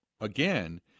again